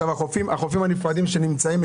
לגבי החופים הנפרדים שנמצאים,